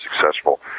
successful